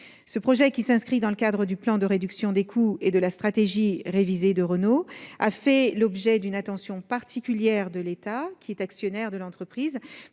Ce projet, qui s'inscrit dans le cadre du plan de réduction des coûts et de la stratégie révisée de Renault, a fait l'objet d'une attention particulière de l'État, actionnaire de l'entreprise,